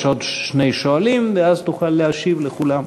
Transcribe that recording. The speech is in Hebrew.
יש עוד שני שואלים, ואז תוכל להשיב לכולם.